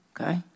Okay